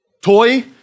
toy